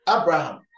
Abraham